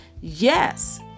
yes